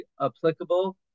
applicable